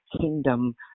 kingdom